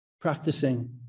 practicing